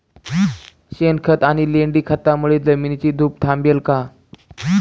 शेणखत आणि लेंडी खतांमुळे जमिनीची धूप थांबेल का?